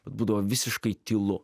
būdavo visiškai tylu